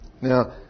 Now